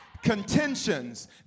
contentions